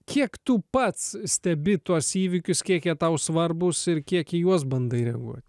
kiek tu pats stebi tuos įvykius kiek jie tau svarbūs ir kiek į juos bandai reaguot